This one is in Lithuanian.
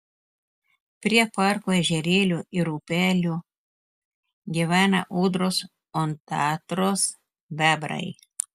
prie parko ežerėlių ir upelių gyvena ūdros ondatros bebrai